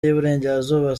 y’iburengerazuba